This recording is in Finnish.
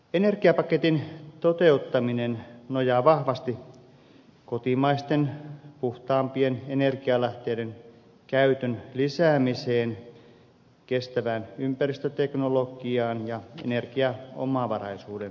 energiapaketin toteuttaminen nojaa vahvasti kotimaisten puhtaampien energialähteiden käytön lisäämiseen kestävään ympäristöteknologiaan ja energiaomavaraisuuden kasvuun